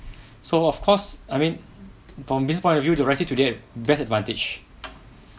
so of course I mean from this point of view directly to they have best advantage